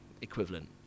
equivalent